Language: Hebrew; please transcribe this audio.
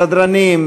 סדרנים,